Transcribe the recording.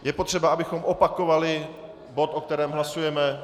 Je potřeba, abychom opakovali bod, o kterém hlasujeme?